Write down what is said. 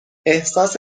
احساس